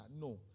No